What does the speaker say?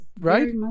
right